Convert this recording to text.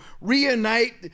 reunite